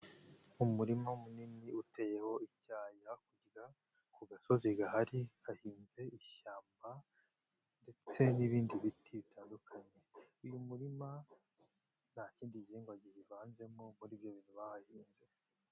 Umurima munini uteyeho icyayi, hakurya ku gasozi gahari hahinze ishyamba ndetse n'ibindi biti bitandukanye, uyu murima nta kindi gihingwa kivanzemo muri byo bintu bahahinze.